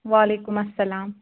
وعلیکُم اَسلام